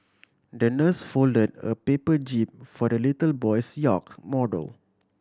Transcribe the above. the nurse folded a paper jib for the little boy's yacht model